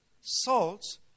salt